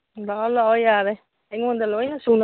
ꯂꯥꯛ ꯑꯣ ꯂꯥꯛꯑꯣ ꯌꯥꯔꯦ ꯑꯩꯉꯣꯟꯗ ꯂꯣꯏꯅ ꯁꯨꯅ